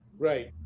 Right